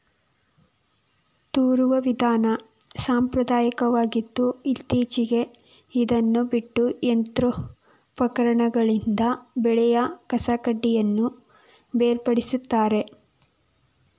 ತೂರುವ ವಿಧಾನ ಸಾಂಪ್ರದಾಯಕವಾಗಿದ್ದು ಇತ್ತೀಚೆಗೆ ಇದನ್ನು ಬಿಟ್ಟು ಯಂತ್ರೋಪಕರಣಗಳಿಂದ ಬೆಳೆಯ ಕಸಕಡ್ಡಿಗಳನ್ನು ಬೇರ್ಪಡಿಸುತ್ತಾರೆ